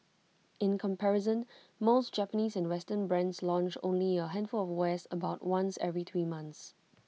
in comparison most Japanese and western brands launch only A handful of wares about once every three months